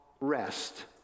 rest